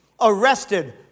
arrested